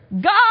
God